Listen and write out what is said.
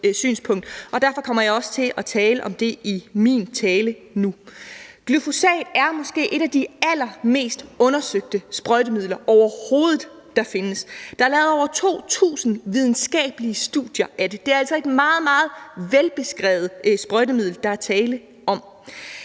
derfor kommer jeg også til at tale om det i min tale nu. Glyfosat er måske et af de allermest undersøgte sprøjtemidler, der overhovedet findes; der er lavet over 2.000 videnskabelige studier af det. Det er altså et meget, meget velbeskrevet sprøjtemiddel, der er tale om.